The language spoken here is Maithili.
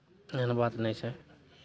एहन बात नहि छै